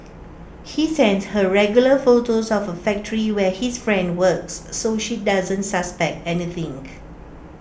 he sends her regular photos of A factory where his friend works so she doesn't suspect any think